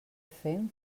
fem